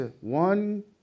one